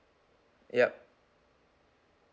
yup